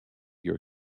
your